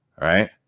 right